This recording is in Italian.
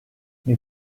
nei